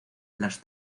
las